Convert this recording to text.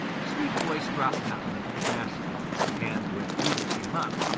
sweetvoice dropped down into the grass again, and when peter came up,